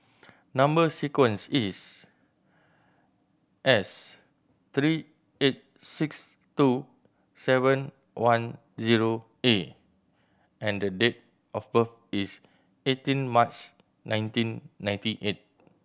number sequence is S three eight six two seven one zero A and the date of birth is eighteen March nineteen ninety eight